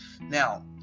now